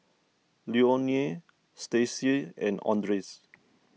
Leonore Stasia and andres